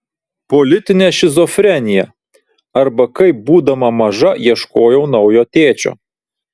politinė šizofrenija arba kaip būdama maža ieškojau naujo tėčio